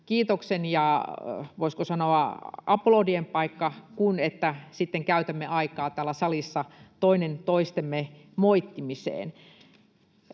kiitoksen ja, voisiko sanoa, aplodien paikka kuin sen, että käytämme aikaa täällä salissa toinen toistemme moittimiseen.